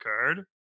card